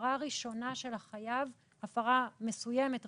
הפרה ראשונה של החייב, הפרה מסוימת ראשונה,